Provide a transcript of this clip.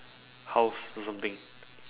house or something